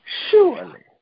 surely